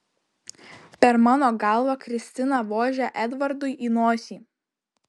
per mano galvą kristina vožia edvardui į nosį